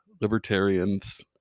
libertarians